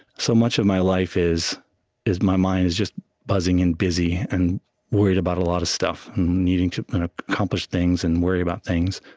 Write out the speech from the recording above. so much of my life is is my mind is just buzzing and busy and worried about a lot of stuff and needing to accomplish things and worry about things.